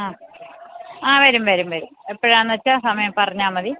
ആ ആ വരും വരും വരും എപ്പോഴാണ് വച്ചാൽ സമയം പറഞ്ഞാൽ മതി